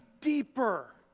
deeper